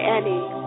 Annie